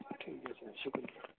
ٹھیک ہے سر شکریہ